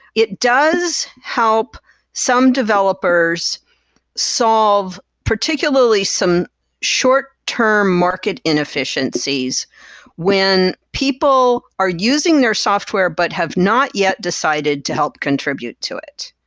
it does help some developers solve particularly some short term market inefficiencies when people are using their software, but have not yet decided to help contribute to it.